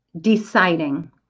deciding